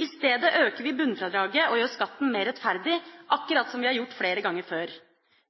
I stedet øker vi bunnfradraget og gjør skatten mer rettferdig, akkurat slik vi har gjort flere ganger før.